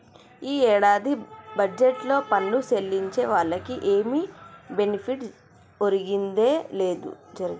ఈ ఏడాది బడ్జెట్లో పన్ను సెల్లించే వాళ్లకి ఏమి బెనిఫిట్ ఒరిగిందే లేదు